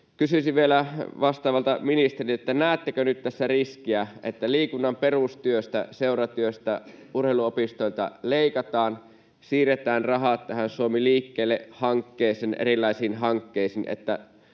Kysyisin vielä vastaavalta ministeriltä: Näettekö nyt tässä riskiä, että liikunnan perustyöstä, seuratyöstä, urheiluopistoilta leikataan, siirretään rahat tähän Suomi liikkeelle ‑ohjelmaan erilaisiin hankkeisiin?